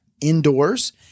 indoors